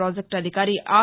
పాజెక్ట్ అధికారి ఆర్